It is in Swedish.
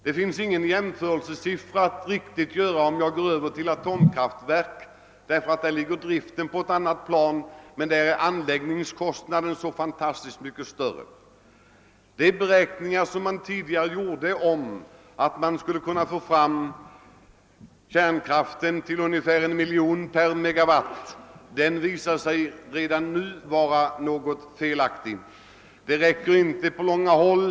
Det finns ingen jämförelsesiffra beträffande atomkraftverken, ty där är driften annorlunda och anläggningskostnader oerhört mycket större. Tidigare beräkningar, enligt vilka vi skulle få fram kärnkraftelektricitet för ungefär en miljon per megawatt, har redan visat sig vara felaktiga. Det förslår inte på långa håll.